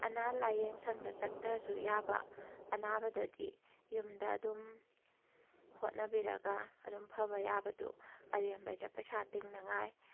ꯑꯅꯥ ꯂꯥꯏꯌꯦꯡ ꯁꯪꯗ ꯆꯠꯇ꯭ꯔꯁꯨ ꯌꯥꯕ ꯑꯅꯥꯕꯗꯗꯤ ꯌꯨꯝꯗ ꯑꯗꯨꯝ ꯍꯣꯠꯅꯕꯤꯔꯒ ꯑꯗꯨꯝ ꯐꯕ ꯌꯥꯕꯗꯨ ꯑꯔꯦꯝꯕꯗ ꯄꯩꯁꯥ ꯇꯤꯡꯅꯉꯥꯏ